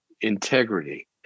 Integrity